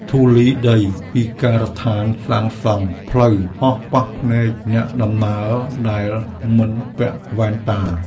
ធូលីដីពីការដ្ឋានសាងសង់ផ្លូវ ហោះប៉ះភ្នែកអ្នកដំណើរដែលមិនពាក់វ៉ែនតា។